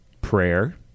prayer